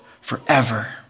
forever